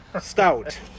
Stout